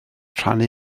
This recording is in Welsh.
rhannu